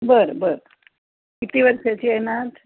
बर बर किती वर्षाची आहे नात